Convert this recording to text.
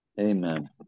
Amen